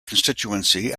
constituency